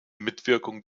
mitwirkung